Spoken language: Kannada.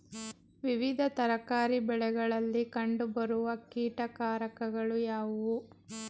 ವಿವಿಧ ತರಕಾರಿ ಬೆಳೆಗಳಲ್ಲಿ ಕಂಡು ಬರುವ ಕೀಟಕಾರಕಗಳು ಯಾವುವು?